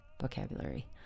vocabulary